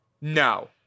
no